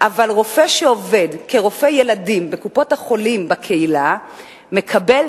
אבל רופא שעובד כרופא ילדים בקופות-החולים בקהילה מקבל